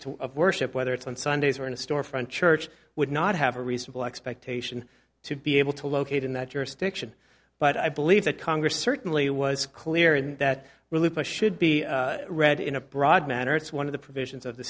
to worship whether it's on sundays or in a storefront church would not have a reasonable expectation to be able to locate in that jurisdiction but i believe that congress certainly was clear and that really push should be read in a broad manner it's one of the provisions of the